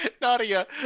Nadia